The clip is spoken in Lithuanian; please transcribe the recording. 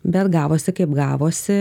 bet gavosi kaip gavosi